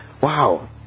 wow